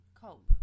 cope